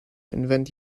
invent